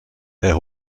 herr